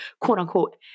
quote-unquote